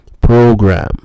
program